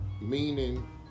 meaning